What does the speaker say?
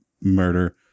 murder